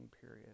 period